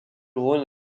rhône